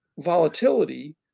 volatility